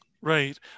right